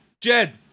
Jed